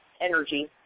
energy